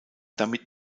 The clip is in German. damit